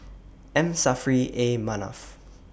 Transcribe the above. M Saffri A Manaf